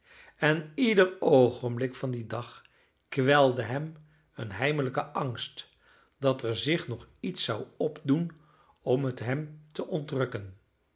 en ieder oogenblik van dien dag kwelde hem een heimelijke angst dat er zich nog iets zou opdoen om het hem te